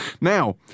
Now